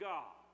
God